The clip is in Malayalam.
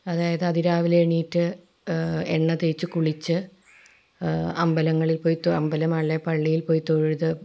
അതായത് അതി രാവിലെ എണീറ്റ് എണ്ണ തേച്ച് കുളിച്ച് അമ്പലങ്ങളിൽ പോയി തൊ അമ്പലം അല്ലേ പള്ളിയിൽ പോയി തൊഴുത്